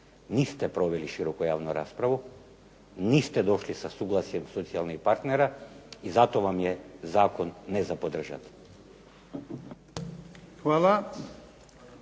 Niste proveli široku javnu raspravu, niste došli sa suglasjem socijalnih partnera i zato vam je zakon ne za podržati.